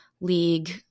league